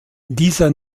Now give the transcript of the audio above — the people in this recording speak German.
dieser